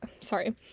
sorry